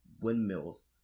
windmills